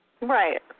Right